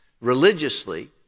religiously